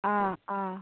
आं आं